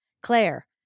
Claire